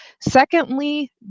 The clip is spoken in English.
secondly